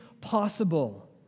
possible